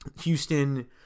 Houston